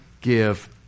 give